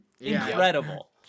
incredible